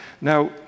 Now